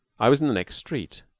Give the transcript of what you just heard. i was in the next street.